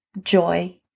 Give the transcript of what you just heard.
joy